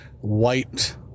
white